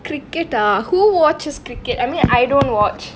cricket ah who watches cricket I mean I don't watch